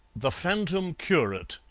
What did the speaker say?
the phantom curate.